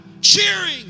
cheering